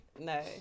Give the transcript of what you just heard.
No